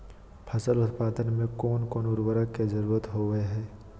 फसल उत्पादन में कोन कोन उर्वरक के जरुरत होवय हैय?